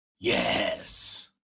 yes